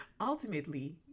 Ultimately